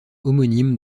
homonyme